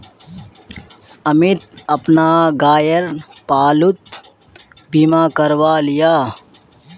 अमित अपना गायेर पालतू बीमा करवाएं लियाः